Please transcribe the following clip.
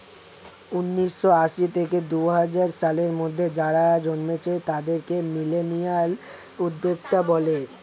উন্নিশো আশি থেকে দুহাজার সালের মধ্যে যারা জন্মেছে তাদেরকে মিলেনিয়াল উদ্যোক্তা বলে